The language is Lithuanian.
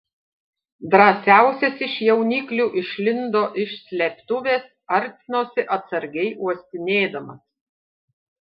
drąsiausias iš jauniklių išlindo iš slėptuvės artinosi atsargiai uostinėdamas